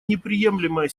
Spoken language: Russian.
неприемлемое